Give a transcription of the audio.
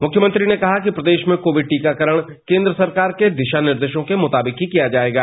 मुख्यमंत्री ने कहा कि प्रदेश में कोविड टीकाकरण केंद्र सरकार के दिशानिर्देशों के मुताबिक ही किया जाएगा